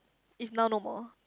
if now no more